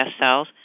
cells